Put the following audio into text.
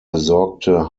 besorgte